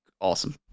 awesome